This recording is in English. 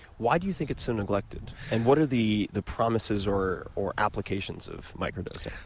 why do you think it's so neglected and what are the the promises or or applications of micro-dosing?